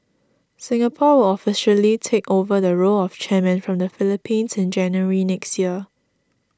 Singapore will officially take over the role of chairman from the Philippines in January next year